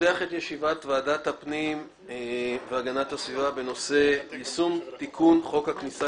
פותח את ישיבת ועדת הפנים והגנת הסביבה בנושא: יישום תיקון חוק הכניסה